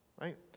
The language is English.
right